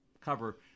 cover